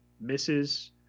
misses